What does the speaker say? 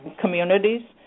communities